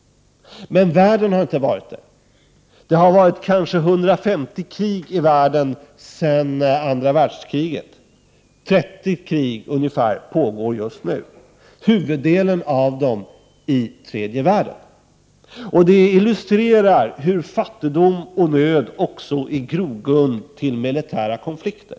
Men världen i övrigt har inte varit det. Det har kanske ägt rum 150 krig i världen sedan andra världskriget. Nu pågår ungefär 30 krig, huvuddelen av dem i tredje världen. Det illustrerar hur fattigdom och nöd också utgör grogrund för militära konflikter.